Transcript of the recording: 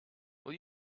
will